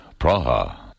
Praha